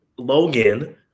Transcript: Logan